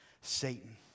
Satan